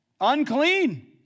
unclean